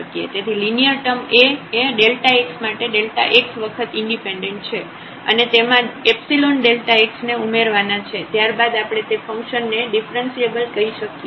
તેથી linear term A એ x માટે x વખત ઇન્ડિપેન્ડન્ટ છે અને તેમાં ϵ Δx ને ઉમેરવાના છે ત્યારબાદ આપણે તે ફંકશન ને ડિફ્રન્સિએબલ કહી શકીએ